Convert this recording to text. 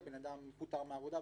כי הוא כבר פחות עומד בתשלומים,